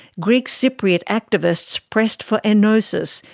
greek cypriot activists pressed for enosis,